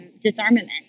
disarmament